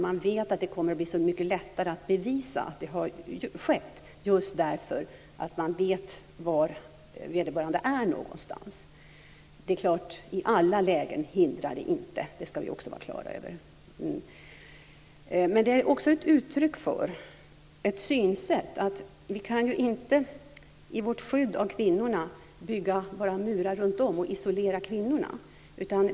Man vet ju att det kommer att bli så mycket lättare att bevisa att det har skett, just därför att man vet var vederbörande är någonstans. Det är klart att det inte hindrar i alla lägen. Det ska vi också ha klart för oss. Detta är också ett uttryck för ett synsätt. I vårt skydd av kvinnorna kan vi inte bygga murar runtom och isolera kvinnorna.